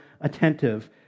attentive